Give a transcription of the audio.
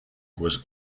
was